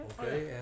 Okay